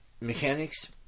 Mechanics